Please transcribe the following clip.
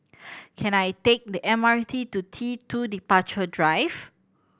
can I take the M R T to T Two Departure Drive